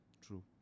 True